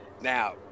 now